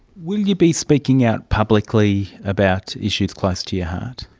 will you be speaking out publicly about issues close to your heart?